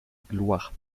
gloire